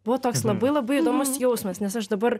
buvo toks labai labai įdomus jausmas nes aš dabar